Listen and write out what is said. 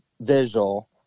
visual